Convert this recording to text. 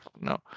no